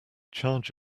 charge